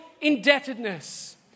indebtedness